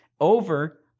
Over